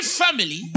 family